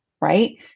right